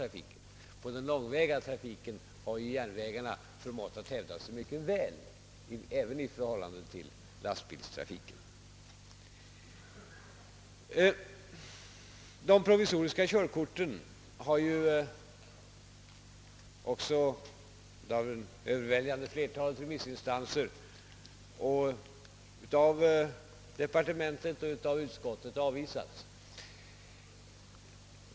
I fråga om den långväga trafiken har ju järnvägarna förmått hävda sig mycket väl även gentemot lastbilstrafiken. Tanken på provisoriska körkort har ju också av det överväldigande flertalet remissinstanser, av departementet och av utskottet avvisats.